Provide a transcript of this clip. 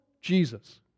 Jesus